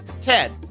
Ted